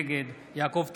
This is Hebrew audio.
נגד יעקב טסלר,